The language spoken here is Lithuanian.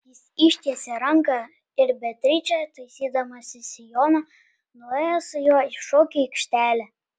jis ištiesė ranką ir beatričė taisydamasi sijoną nuėjo su juo į šokių aikštelę